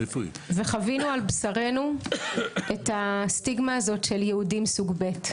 וחווינו על בשרנו את הסטיגמה הזאת של יהודים סוג ב'.